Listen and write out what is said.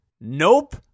Nope